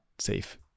safe